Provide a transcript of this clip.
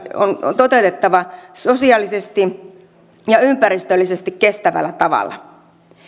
on toteutettava sosiaalisesti ja ympäristöllisesti kestävällä tavalla